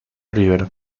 river